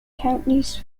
counties